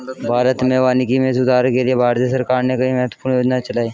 भारत में वानिकी में सुधार के लिए भारतीय सरकार ने कई महत्वपूर्ण योजनाएं चलाई